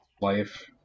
life